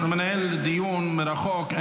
אתה מנהל דיון מרחוק.